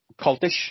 cultish